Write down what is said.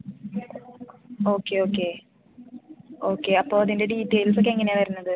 രണ്ട് room okay okay okay അപ്പോൾ ഇതിൻ്റെ ഡീറ്റെയിൽസ് ഒക്കെ എങ്ങനെയാണ് വരുന്നത്